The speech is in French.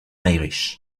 irish